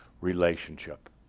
relationship